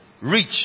Reach